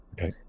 Okay